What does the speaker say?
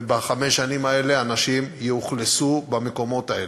ובחמש השנים האלה אנשים ישוכנו במקומות האלה.